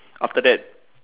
after that